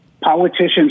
Politicians